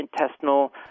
intestinal